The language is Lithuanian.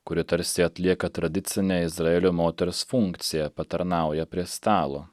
kuri tarsi atlieka tradicinę izraelio moters funkciją patarnauja prie stalo